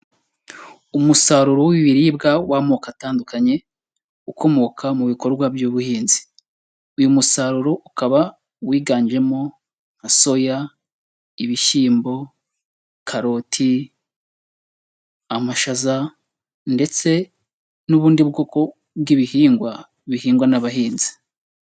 Umusaruro w'ibiribwa w'amoko atandukanye, ukomoka mu bikorwa by'ubuhinzi, uyu musaruro ukaba wiganjemo nka soya, ibishyimbo, karoti, amashaza ndetse n'ubundi bwoko bw'ibihingwa bihingwa n'abahinzi.